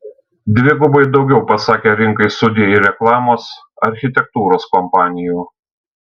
dvigubai daugiau pasakė rinkai sudie ir reklamos architektūros kompanijų